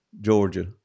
Georgia